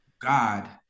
god